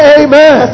amen